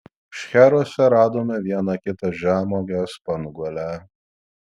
šcheruose radome vieną kitą žemuogę spanguolę